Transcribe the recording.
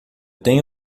tenho